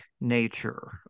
nature